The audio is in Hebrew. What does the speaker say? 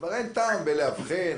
כבר אין טעם בלאבחן.